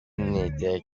n’était